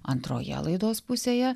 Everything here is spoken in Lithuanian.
antroje laidos pusėje